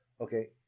Okay